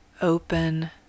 open